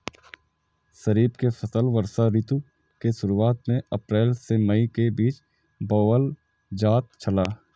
खरीफ के फसल वर्षा ऋतु के शुरुआत में अप्रैल से मई के बीच बौअल जायत छला